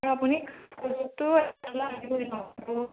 আৰু আপুনি